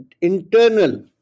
internal